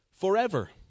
forever